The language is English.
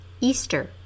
Easter